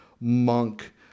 monk